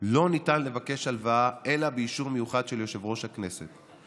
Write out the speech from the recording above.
לא ניתן לבקש הלוואה אלא באישור מיוחד של יושב-ראש הכנסת,